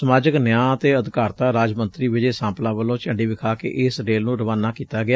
ਸਮਾਜਿਕ ਨਿਆ ਅਤੇ ਅਧਿਕਾਰਤਾ ਰਾਜ ਮੰਤਰੀ ਵਿਜੇ ਸਾਂਪਲਾ ਵੱਲੋ ਝੰਡੀ ਵਿਖਾ ਕੇ ਇਸ ਰੇਲ ਨੂੰ ਰਵਾਨਾ ਕੀਤਾ ਗਿਆ